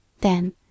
Then